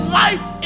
life